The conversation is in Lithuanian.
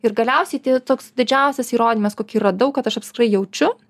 ir galiausiai tie toks didžiausias įrodymas kokį radau kad aš apskritai jaučiu